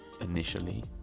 initially